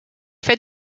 fed